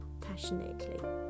passionately